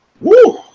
Woo